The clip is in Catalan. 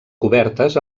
cobertes